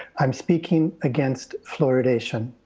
i'm speaking against fluoridation.